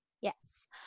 Yes